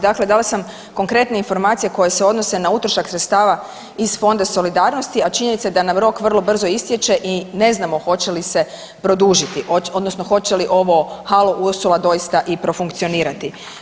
Dakle, dala sam konkretne informacije koje se odnose na utrošak sredstava iz Fonda solidarnosti, a činjenica je da nam rok vrlo brzo istječe i ne znamo hoće li se produžiti odnosno hoće li ovo halo Ursula doista i profunkcionirati.